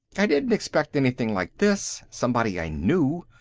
i didn't expect anything like this, somebody i knew,